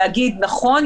להגיד: נכון,